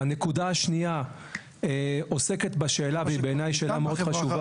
הנקודה השנייה עוסקת בשאלה והיא שאלה חשובה